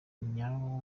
nyawo